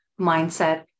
mindset